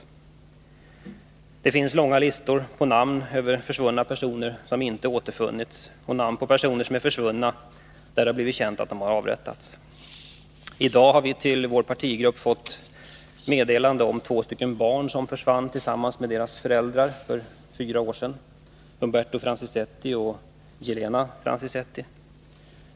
Tisdagen den Det finns långa listor med namn på försvunna personer som inte har — 30 mars 1982 återfunnits och namn på personer som är försvunna men där det blivit känt att de har avrättats. Om åtgärder mot I dag har vi i vår partigrupp fått meddelande om två barn som försvann — de politiska förtillsammans med sina föräldrar för fyra år sedan. Det är Umberto och Jelena — nållandena i Uru Francizetti.